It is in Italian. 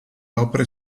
opere